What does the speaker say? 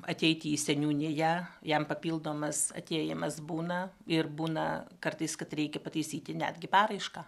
ateiti į seniūniją jam papildomas atėjimas būna ir būna kartais kad reikia pataisyti netgi paraišką